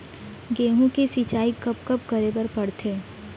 गेहूँ के सिंचाई कब कब करे बर पड़थे?